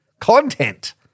Content